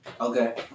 Okay